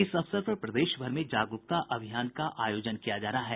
इस अवसर पर प्रदेशभर में जागरूकता अभियान का आयोजन किया जा रहा है